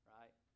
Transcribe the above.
right